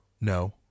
no